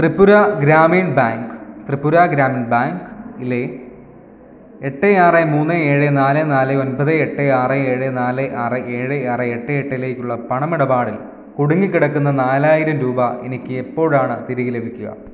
Tripura Gramin bank Tripura Gramin ബാങ്കിലെ എട്ട് ആറ് മൂന്ന് ഏഴ് നാല് നാല് ഒൻപത് എട്ട് ആറ് ഏഴ് നാല് ആറ് ഏഴ് ആർ എട്ട് എട്ടിലേക്കുള്ള പണമിടപാടിൽ കുടുങ്ങിക്കിടക്കുന്ന നാലായിരം രൂപ എനിക്ക് എപ്പോഴാണ് തിരികെ ലഭിക്കുക